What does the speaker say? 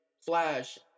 Flash